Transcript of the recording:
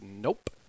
nope